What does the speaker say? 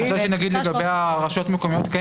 אני חושב שנגיד לגבי הרשויות המקומיות כן